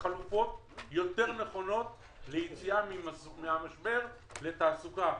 חלופות יותר נכונות ליציאה מהמשבר לתעסוקה.